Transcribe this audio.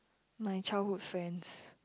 my childhood friends